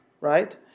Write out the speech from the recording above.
right